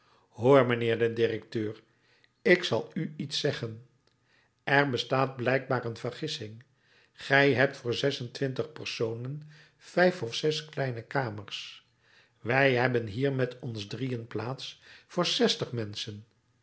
hoor mijnheer de directeur ik zal u iets zeggen er bestaat blijkbaar een vergissing gij hebt voor zes-en-twintig personen vijf of zes kleine kamers wij hebben hier met ons drieën plaats voor zestig menschen